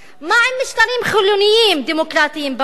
מה עם משטרים חילוניים דמוקרטיים באזור?